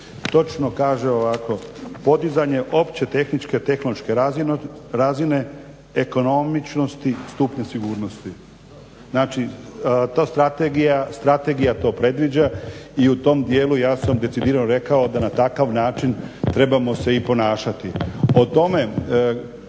točno kaže ovako: podizanje opće tehničke tehnološke razine ekonomičnosti, stupnju sigurnosti. Znači ta Strategija, Strategija to predviđa i u tom dijelu ja sam decidirano rekao da na takav način trebamo se i ponašati.